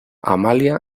amalia